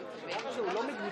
האם לא יכולנו